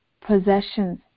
possessions